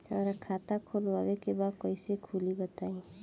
हमरा खाता खोलवावे के बा कइसे खुली बताईं?